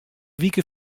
wike